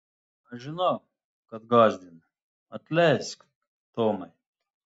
aš žinau kad gąsdinu atleisk tomai